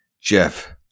Jeff